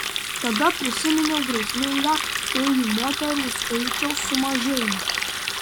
tada prisiminiau grėsmingą fėjų moterų skaičiaus sumažėjimą